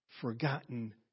forgotten